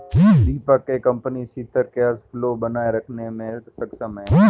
दीपक के कंपनी सिथिर cash flow बनाए रखने मे सक्षम है